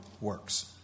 Works